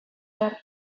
behar